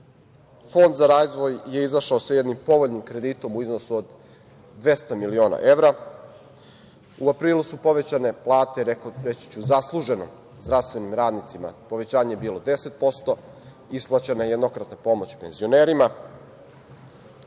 Fond za razvoj je izašao sa jednim povoljnim kreditom u iznosu od 200 miliona evra, u aprilu su povećane plate, reći ću zasluženo, zdravstvenim radnicima, povećanje je bilo 10%, isplaćena je jednokratna pomoć penzionerima.